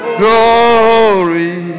glory